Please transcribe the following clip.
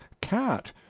cat